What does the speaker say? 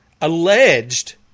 alleged